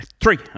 three